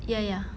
ya ya